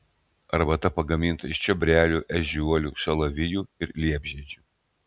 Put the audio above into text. arbata pagaminta iš čiobrelių ežiuolių šalavijų ir liepžiedžių